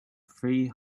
free